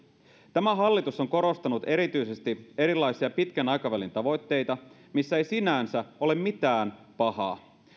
tämä hallitus on korostanut erityisesti erilaisia pitkän aikavälin tavoitteita missä ei sinänsä ole mitään pahaa